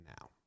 now